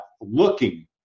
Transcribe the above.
looking